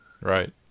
Right